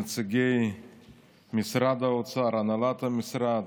נציגי משרד האוצר, הנהלת המשרד,